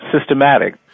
systematic